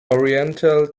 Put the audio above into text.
oriental